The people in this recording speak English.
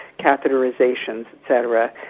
catheterisation etc.